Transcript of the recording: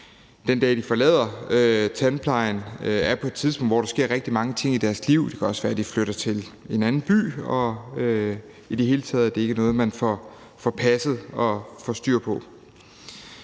den dag de forlader tandplejen, er et sted i deres liv, hvor der sker rigtig mange ting. Det kan også være, at de flytter til en anden by. Det er i det hele taget ikke noget, man får passet og får styr på.